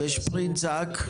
בשפרינצק.